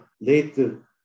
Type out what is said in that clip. later